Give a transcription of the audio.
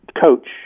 coach